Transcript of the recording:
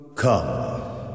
Come